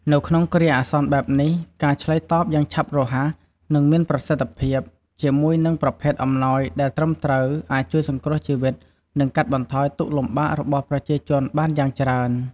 នៅក្នុងគ្រាអាសន្នបែបនេះ ការឆ្លើយតបយ៉ាងឆាប់រហ័ស និងមានប្រសិទ្ធភាព ជាមួយនឹងប្រភេទអំណោយដែលត្រឹមត្រូវ អាចជួយសង្គ្រោះជីវិត និងកាត់បន្ថយទុក្ខលំបាករបស់ប្រជាជនបានយ៉ាងច្រើន។